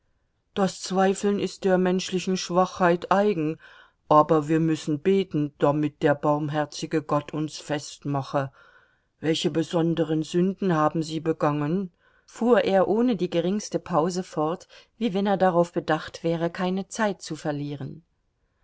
das zweifeln ist der menschlichen schwachheit eigen aber wir müssen beten damit der barmherzige gott uns fest mache welche besonderen sünden haben sie begangen fuhr er ohne die geringste pause fort wie wenn er darauf bedacht wäre keine zeit zu verlieren